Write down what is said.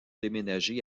déménagé